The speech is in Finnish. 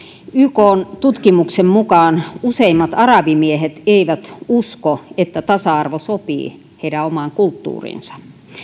ykn tutkimuksen mukaan useimmat arabimiehet eivät usko että tasa arvo sopii heidän omaan kulttuuriinsa